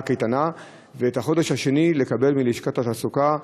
קייטנה ואת שכר החודש השני לקבל מלשכת התעסוקה,